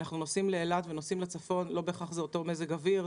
אנחנו נוסעים לאילת ונוסעים לבקעה ולצפון ולא בהכרח זה אותו מזג אוויר.